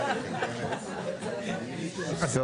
אגב.